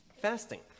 Fasting